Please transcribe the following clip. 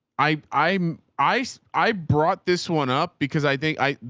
i i'm, i, i brought this one up because i think i,